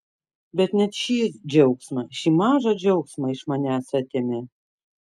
bet net šį džiaugsmą šį mažą džiaugsmą iš manęs atėmė